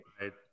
Right